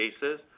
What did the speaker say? cases